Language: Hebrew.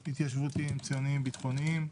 התיישבותיים, ציוניים, ביטחוניים.